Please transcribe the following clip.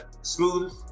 smooth